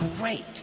great